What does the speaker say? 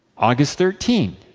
august thirteen,